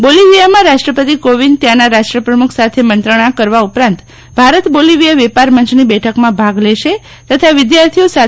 બોલીવીયામાં રાષ્ટ્રપતિ કોવિંદ ત્યાંના રાષ્ટ્ર પ્રમુખ સાથે મંત્રણા કરવા ઉપરાંત ભારત બોલીવીયા વેપાર મંચની બેઠકમાં ભાગ લેશે તથા વિદ્યાર્થીઓ સાથે સંવાદ કરશે